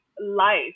life